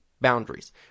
boundaries